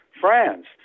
France